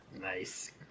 Nice